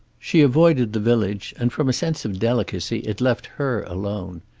she avoided the village, and from a sense of delicacy it left her alone.